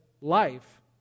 life